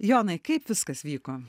jonai kaip viskas vyko